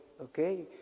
okay